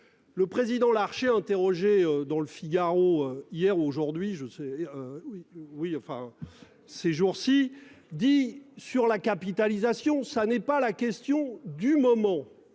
Le président Larché interrogé dans Le Figaro hier, aujourd'hui je sais. Oui oui enfin ces jours-ci dit sur la capitalisation. Ça n'est pas la question du moment